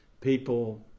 People